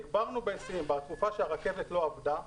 בתקופה שהרכבת לא עבדה,